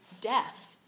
death